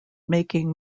making